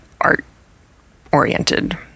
art-oriented